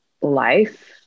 life